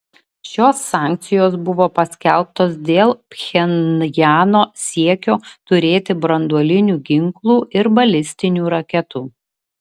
šios sankcijos buvo paskelbtos dėl pchenjano siekio turėti branduolinių ginklų ir balistinių raketų